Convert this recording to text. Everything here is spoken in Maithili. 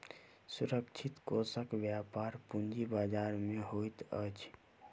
सुरक्षित कोषक व्यापार पूंजी बजार में होइत अछि